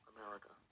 America